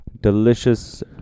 delicious